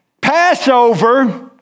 Passover